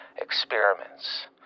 experiments